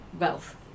wealth